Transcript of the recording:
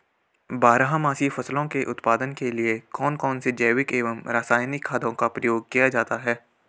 बारहमासी फसलों के उत्पादन के लिए कौन कौन से जैविक एवं रासायनिक खादों का प्रयोग किया जाता है?